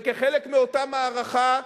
וכחלק מאותה מערכה,